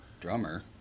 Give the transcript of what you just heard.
Drummer